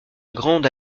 grande